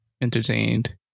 Entertained